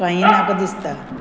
कांय नाका दिसता